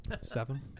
Seven